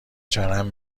چرند